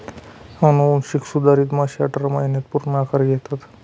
अनुवांशिक सुधारित मासे अठरा महिन्यांत पूर्ण आकार घेतात